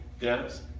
yes